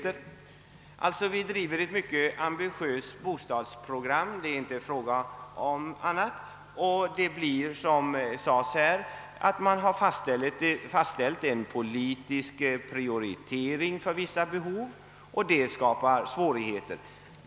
Vi bedriver med andra ord ett mycket ambitiöst bostadsbyggande, det är inte fråga om annat. Fastställer vi då en politisk prioritering för vissa behov skapas svårigheter.